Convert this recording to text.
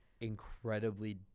incredibly